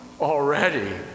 already